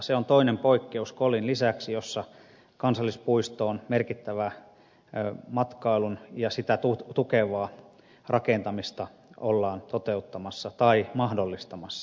se on toinen poikkeus kolin lisäksi jossa kansallispuistoon merkittävää matkailua ja sitä tukevaa rakentamista ollaan toteuttamassa tai mahdollistamassa